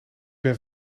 ben